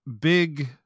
Big